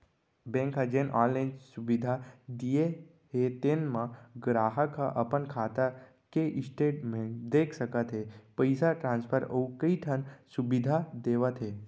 bank ह जेन online सुबिधा दिये हे तेन म गराहक ह अपन खाता के स्टेटमेंट देख सकत हे, पइसा ट्रांसफर अउ कइ ठन सुबिधा देवत हे